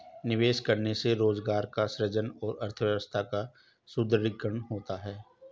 निवेश करने से रोजगार का सृजन और अर्थव्यवस्था का सुदृढ़ीकरण होता है